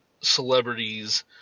celebrities